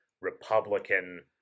Republican